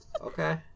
Okay